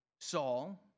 Saul